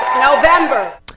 November